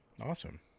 Awesome